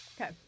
okay